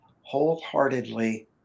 wholeheartedly